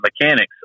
mechanics